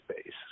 space